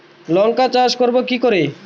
লঙ্কা চাষ করব কি করে?